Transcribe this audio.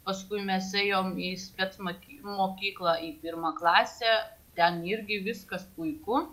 paskui mes ėjome į spec ma mokyklą į pirmą klasę ten irgi viskas puiku